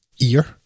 ear